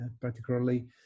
particularly